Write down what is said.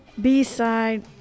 b-side